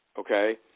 Okay